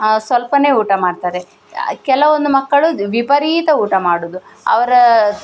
ಸ್ವಲ್ಪನೆ ಊಟ ಮಾಡ್ತಾರೆ ಕೆಲವೊಂದು ಮಕ್ಕಳು ವಿಪರೀತ ಊಟ ಮಾಡುವುದು ಅವರ